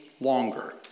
longer